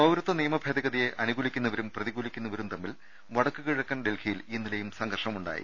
പൌരത്വ നിയമ ഭേദഗതിയെ അനുകൂലിക്കുന്നവരും പ്രതികൂലി ക്കുന്നവരും തമ്മിൽ വടക്കുകിഴക്കൻ ഡൽഹിയിൽ ഇന്നലെയും സംഘർഷമുണ്ടായി